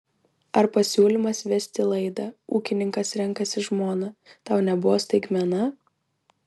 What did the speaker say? ar pasiūlymas vesti laidą ūkininkas renkasi žmoną tau nebuvo staigmena